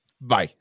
Bye